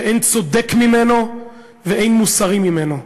שאין צודק ממנו ואין מוסרי ממנו.